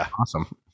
awesome